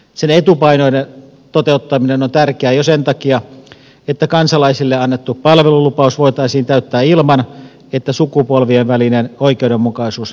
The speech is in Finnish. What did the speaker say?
sen etupainotteinen toteuttaminen on tärkeää jo sen takia että kansalaisille annettu palvelulupaus voitaisiin täyttää ilman että sukupolvien välinen oikeudenmukaisuus merkittävästi kärsii